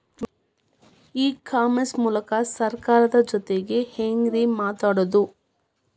E commerce ಮೂಲಕ ಸರ್ಕಾರದ ಜೊತಿಗೆ ಹ್ಯಾಂಗ್ ರೇ ಮಾತಾಡೋದು?